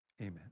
amen